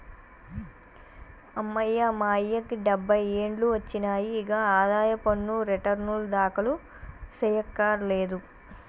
అమ్మయ్య మా అయ్యకి డబ్బై ఏండ్లు ఒచ్చినాయి, ఇగ ఆదాయ పన్ను రెటర్నులు దాఖలు సెయ్యకర్లేదు